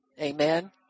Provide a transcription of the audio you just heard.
Amen